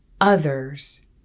others